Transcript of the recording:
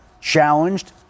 challenged